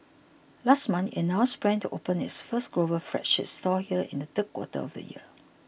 last month it announced plans to open its first global flagship store here in the third quarter of this year